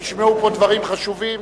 נשמעו פה דברים חשובים.